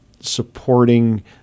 supporting